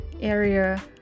area